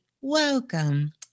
welcome